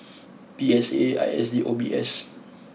P S A I S D and O B S